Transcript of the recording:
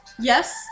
yes